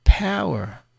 Power